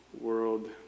world